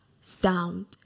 sound